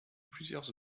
plusieurs